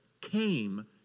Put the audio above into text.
came